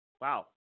Wow